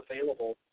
available